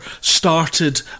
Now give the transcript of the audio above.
started